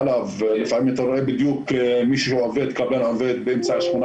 לפעמים אתה רואה קבלן עובד באמצע שכונה